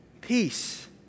peace